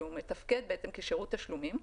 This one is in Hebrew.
שהוא מתפקד כשירות תשלומים,